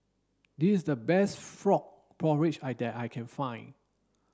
this is the best frog porridge I that I can find